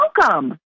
welcome